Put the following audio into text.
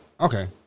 Okay